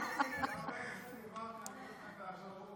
אני אתן לך את,